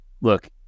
look